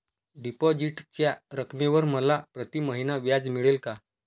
डिपॉझिटच्या रकमेवर मला प्रतिमहिना व्याज मिळेल का?